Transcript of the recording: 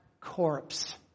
corpse